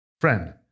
Friend